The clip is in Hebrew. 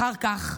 אחר כך